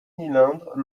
cylindres